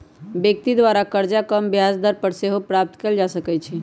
व्यक्ति द्वारा करजा कम ब्याज दर पर सेहो प्राप्त कएल जा सकइ छै